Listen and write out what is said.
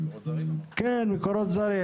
כן מקורות זרים,